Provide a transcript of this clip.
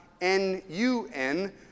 N-U-N